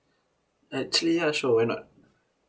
actually ya sure why not